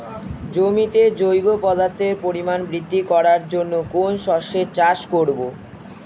জমিতে জৈব পদার্থের পরিমাণ বৃদ্ধি করার জন্য কোন শস্যের চাষ করবো?